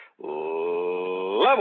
Level